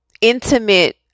intimate